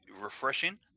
Refreshing